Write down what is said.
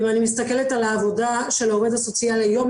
אם אני מסתכלת על העבודה של העובד הסוציאלי היום,